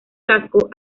cascos